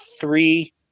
three